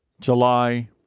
July